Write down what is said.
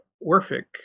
Orphic